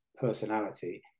personality